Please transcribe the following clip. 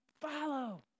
follow